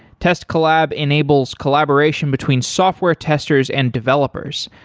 test collab enables collaboration between software testers and developers.